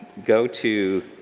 go to,